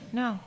no